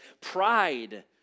pride